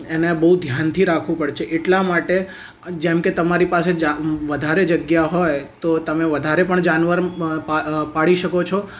એને બહુ ધ્યાનથી રાખવું પડે છે એટલા માટે જેમ કે તમારી પાસે જા વધારે જગ્યા હોય તો તમે વધારે પણ જાનવર પા પાળી શકો છો